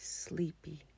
sleepy